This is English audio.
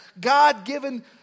God-given